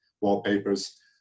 wallpapers